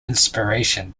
inspiration